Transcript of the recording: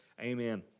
Amen